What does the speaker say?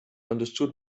understood